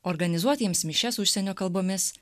organizuoti jiems mišias užsienio kalbomis